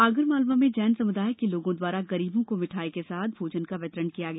आगरमालवा में जैन सम्दाय के लोगों दवारा गरीबों को मिठाई के साथ ही भोजन का वितरण किया गया